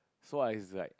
so I it's like